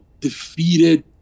defeated